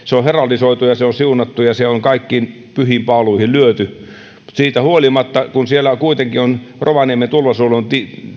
heraldisoitu ja se on siunattu ja se on kaikkiin pyhiin paaluihin lyöty siitä huolimatta että siellä kuitenkin on rovaniemen tulvasuojelun